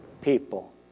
people